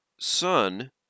Sun